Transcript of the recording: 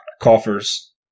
coffers